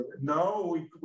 No